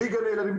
בלי גני ילדים,